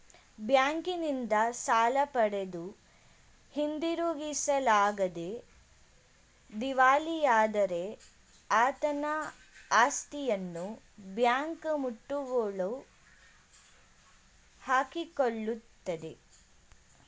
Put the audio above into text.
ಬ್ಯಾಂಕಿನಿಂದ ಸಾಲ ಪಡೆದು ಹಿಂದಿರುಗಿಸಲಾಗದೆ ದಿವಾಳಿಯಾದರೆ ಆತನ ಆಸ್ತಿಯನ್ನು ಬ್ಯಾಂಕ್ ಮುಟ್ಟುಗೋಲು ಹಾಕಿಕೊಳ್ಳುತ್ತದೆ